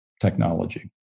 technology